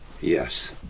Yes